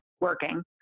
working